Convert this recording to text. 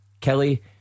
Kelly